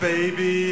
Baby